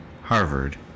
Harvard